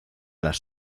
las